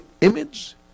image